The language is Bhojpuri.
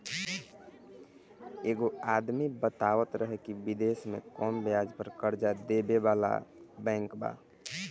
एगो आदमी बतावत रहे की बिदेश में कुछ कम ब्याज पर कर्जा देबे वाला बैंक बा